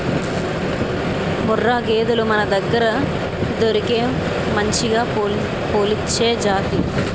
ముర్రా గేదెలు మనదగ్గర దొరికే మంచిగా పాలిచ్చే జాతి